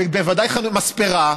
ובוודאי מספרה,